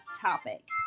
topic